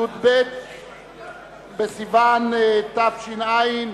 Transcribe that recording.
י"ב בסיוון תש"ע,